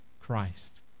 Christ